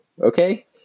okay